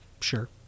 sure